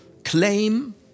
claim